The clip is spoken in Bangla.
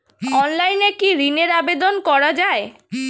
অনলাইনে কি ঋণের আবেদন করা যায়?